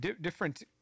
different